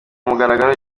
mugaragaro